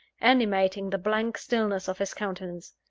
animating the blank stillness of his countenance.